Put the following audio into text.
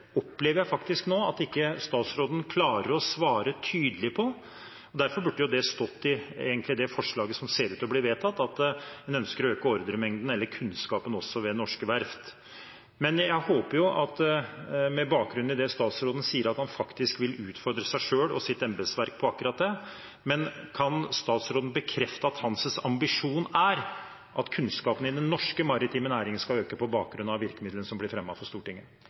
opplever jeg faktisk nå at statsråden ikke klarer å svare tydelig på. Derfor burde det egentlig ha stått i det forslaget som ser ut til å bli vedtatt, at en ønsker å øke ordremengden – eller kunnskapen – også ved norske verft. Men jeg håper, med bakgrunn i det statsråden sier, at han faktisk vil utfordre seg selv og sitt embetsverk på akkurat det. Men kan statsråden bekrefte at hans ambisjon er at kunnskapen i den norske maritime næring skal øke på bakgrunn av virkemidlene som blir fremmet for Stortinget?